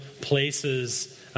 places